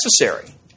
necessary